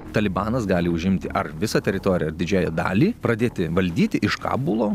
talibanas gali užimti ar visą teritoriją ar didžiąją dalį pradėti valdyti iš kabulo